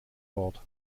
wort